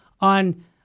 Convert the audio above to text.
on